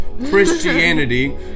Christianity